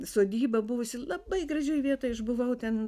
sodyba buvusi labai gražioj vietoj aš buvau ten